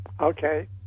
Okay